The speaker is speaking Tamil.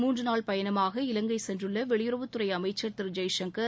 மூன்று நாள் பயணமாக இலங்கை சென்றுள்ள வெளியுறவுத்துறை அமைச்சர் திரு ஜெய்சங்கர்